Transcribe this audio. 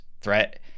threat